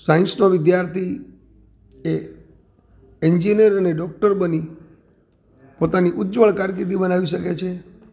સાઇન્સનો વિદ્યાર્થી એ એન્જિન્યર અને ડોક્ટર બની પોતાની ઉજ્જવળ કારકિર્દી બનાવી શકે છે